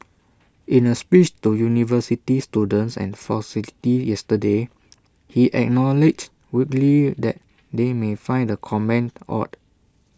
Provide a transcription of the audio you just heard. in A speech to university students and faculty yesterday he acknowledged wryly that they may find the comment odd